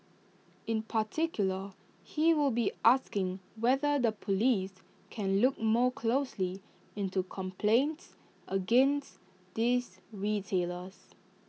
in particular he will be asking whether the Police can look more closely into complaints against these retailers